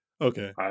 okay